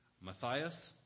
Matthias